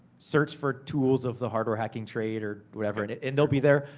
search for tools of the hardware hacking trade, or whatever, and they'll be there.